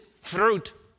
fruit